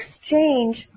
exchange